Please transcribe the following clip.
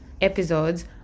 episodes